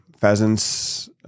pheasants